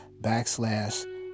backslash